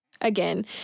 again